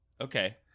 Okay